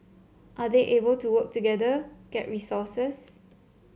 are they able to work together get resources